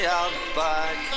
outback